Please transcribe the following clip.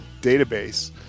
database